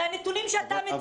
הרי הנתונים שאתה מציג --- אבל,